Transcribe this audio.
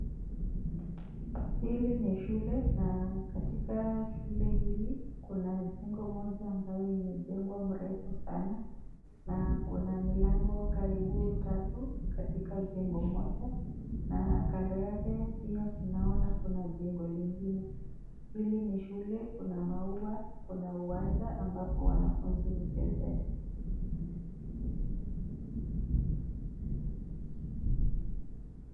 Hili ni shule na katika shule hili kuna jengo moja ambayo imejengwa mrefu sana na kuna milango karibu tatu katika njengo moja na kando yake pia naoa kuna jengo lingine . Hili ni shule kuna maua kuna uwanja ambapo wanafunzi huchezea .